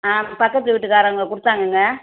ஆ பக்கத்து வீட்டுக்காரங்க கொடுத்தாங்கங்க